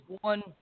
one